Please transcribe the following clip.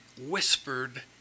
whispered